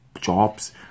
jobs